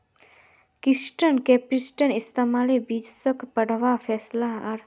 fixed कैपिटलेर इस्तेमाल बिज़नेसोक बढ़ावा, फैलावार आर आधुनिकीकरण वागैरहर तने कराल जाहा